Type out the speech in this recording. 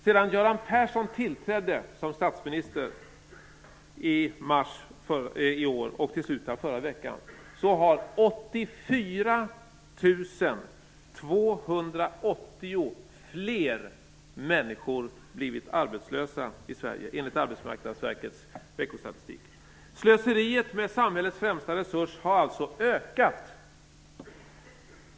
Sedan Göran Persson tillträdde som statsminister i mars i år och till slutet av förra veckan har 84 280 fler människor blivit arbetslösa i Sverige, enligt Arbetsmarknadsverkets veckostatistik. Slöseriet med samhällets främsta resurs har alltså ökat.